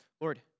Lord